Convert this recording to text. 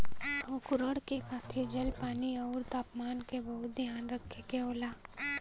अंकुरण के खातिर जल, पानी आउर तापमान क बहुत ध्यान रखे के होला